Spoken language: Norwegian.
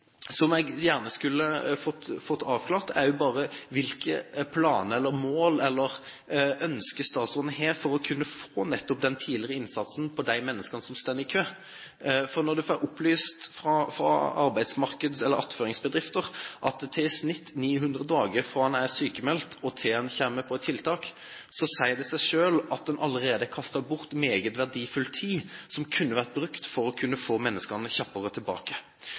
som jeg gjerne skulle ha fått avklart, er hvilke planer, mål eller ønsker statsråden har for nettopp å kunne gjøre en tidlig innsats for de mennesker som står i kø. For når man får opplyst fra attføringsbedrifter at det tar i snitt 900 dager fra en blir sykmeldt til en kommer på tiltak, sier det seg selv at en allerede har kastet bort meget verdifull tid som kunne vært brukt til å få mennesker kjappere tilbake.